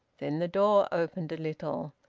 then the door opened a little,